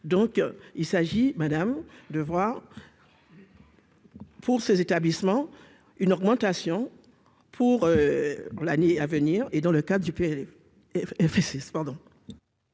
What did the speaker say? donc il s'agit Madame de voir. Pour ces établissements une augmentation pour l'année à venir et dans le cas du effet